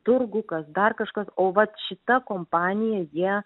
turgų kas dar kažkas o vat šita kompanija jie